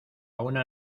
una